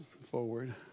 forward